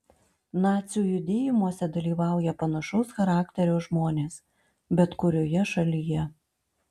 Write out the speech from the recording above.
nacių judėjimuose dalyvauja panašaus charakterio žmonės bet kurioje šalyje